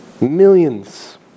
millions